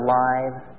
lives